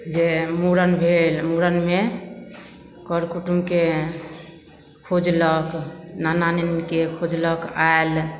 जे मूड़न भेल मूड़नमे कर कुटुमके खोजलक नाना नानीके खोजलक आएल